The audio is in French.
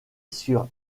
sur